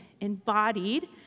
embodied